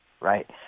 right